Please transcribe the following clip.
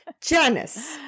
Janice